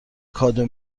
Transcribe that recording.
کادو